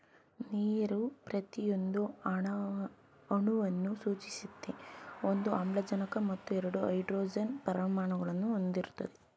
ನೀರು ಪ್ರತಿಯೊಂದು ಅಣುವನ್ನು ಸೂಚಿಸ್ತದೆ ಒಂದು ಆಮ್ಲಜನಕ ಮತ್ತು ಎರಡು ಹೈಡ್ರೋಜನ್ ಪರಮಾಣುಗಳನ್ನು ಹೊಂದಿರ್ತದೆ